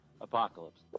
Apocalypse